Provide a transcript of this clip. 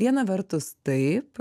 viena vertus taip